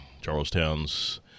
Charlestown's